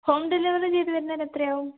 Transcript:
home delivery ചെയ്ത് തരുന്നതിന് എത്രയാവും